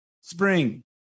spring